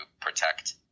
protect